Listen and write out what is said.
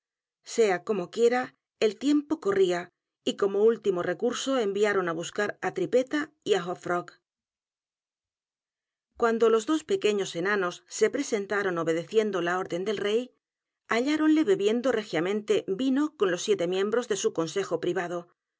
sea como quiera el tiempo corría y como último recurso enviaron á buscar á tripetta y hop frog hop frog s cuando los dos pequeños enanos se presentaron obe deciendp la orden del rey halláronle bebiendo regiamente vino con los siete miembros de su consejo privado